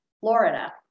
Florida